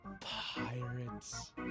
Pirates